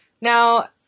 Now